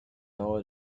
dauer